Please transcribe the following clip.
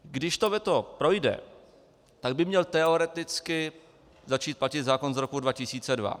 Když to veto projde, tak by měl teoreticky začít platit zákon z roku 2002.